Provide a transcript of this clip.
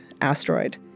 asteroid